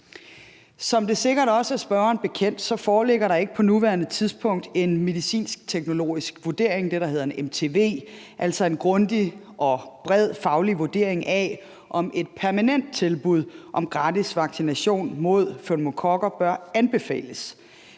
Som det sikkert også er spørgeren bekendt, foreligger der ikke på nuværende tidspunkt en medicinsk-teknologisk vurdering, det, der hedder en mtv, altså en grundig og bred faglig vurdering af, om et permanent tilbud om gratis vaccination mod pneumokokker bør anbefales.